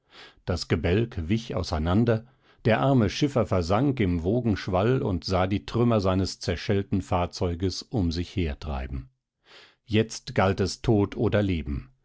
das gebälk wich auseinander der arme schiffer versank im wogenschwall und sah die trümmer seines zerschellten fahrzeuges um sich her treiben jetzt galt es tod oder leben